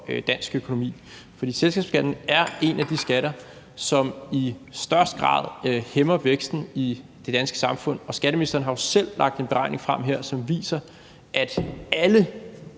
dansk økonomi? For selskabsskatten er en af de skatter, som i størst grad hæmmer væksten i det danske samfund, og skatteministeren har jo selv lagt en beregning frem her, som viser, at alle